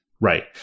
Right